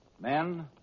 Men